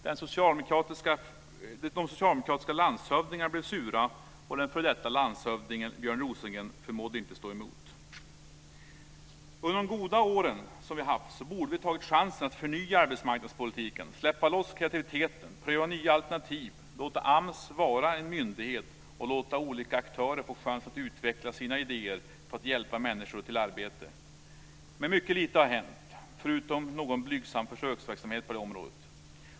De socialdemokratiska landshövdingarna blev sura, och den f.d. landshövdingen Björn Rosengren förmådde inte stå emot. Under de goda år som vi har haft borde vi ha tagit chansen att förnya arbetsmarknadspolitiken, släppa loss kreativiteten, pröva nya alternativ, låta AMS vara en myndighet och låta olika aktörer få chansen att utveckla sina idéer för att hjälpa människor till arbete. Men mycket lite har hänt förutom någon blygsam försöksverksamhet på det här området.